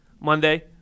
Monday